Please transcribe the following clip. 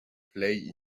play